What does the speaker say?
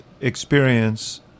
experience